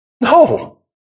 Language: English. No